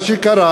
מה שקרה,